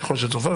ככל שצורפה,